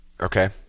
Okay